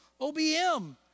OBM